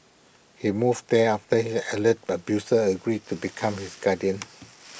he moved there after he alleged abuser agreed to become his guardian